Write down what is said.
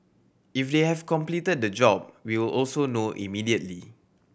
if they have completed the job we will also know immediately